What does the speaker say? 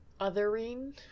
othering